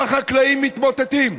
והחקלאים מתמוטטים.